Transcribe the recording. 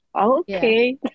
okay